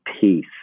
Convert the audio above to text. peace